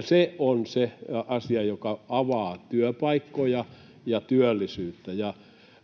Se on se asia, joka avaa työpaikkoja ja työllisyyttä,